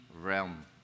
realm